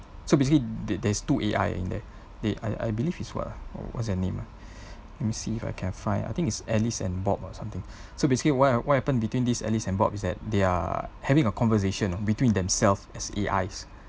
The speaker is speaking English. so basically there there's two A_I in that they I I believe is what ah what's their name ah let me see if I can find I think is alice and bob or something so basically why what happen between this alice and bob is that they're having a conversation between themselves as A_Is